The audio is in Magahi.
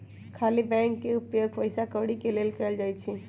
खाली बैंक के उपयोग पइसा कौरि के लेल कएल जाइ छइ